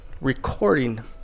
recording